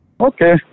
Okay